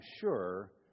sure